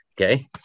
Okay